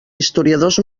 historiadors